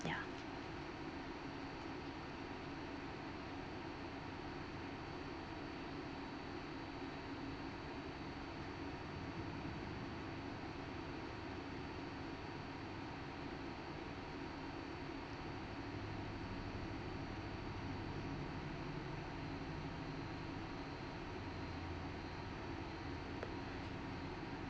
ya